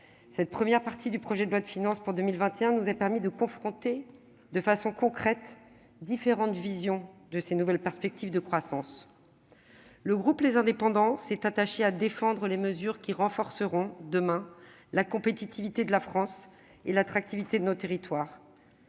Cette première partie du projet de loi de finances pour 2021 nous a permis de confronter, de façon concrète, différentes visions de ces nouvelles perspectives de croissance. Le groupe Les Indépendants s'est attaché à défendre les mesures qui renforceront, demain, la compétitivité de la France et l'attractivité de nos territoires.